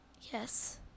Yes